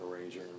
arranger